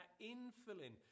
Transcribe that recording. infilling